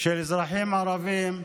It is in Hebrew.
של אזרחים ערבים,